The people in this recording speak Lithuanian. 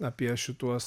apie šituos